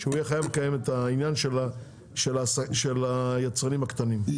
שהוא יהיה חייב לקיים את העניין של היצרנים הקטנים.